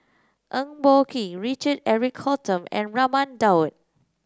Eng Boh Kee Richard Eric Holttum and Raman Daud